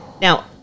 Now